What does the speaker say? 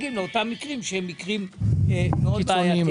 מקרים קיצוניים מאוד.